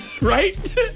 right